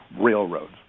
railroads